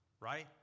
right